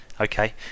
Okay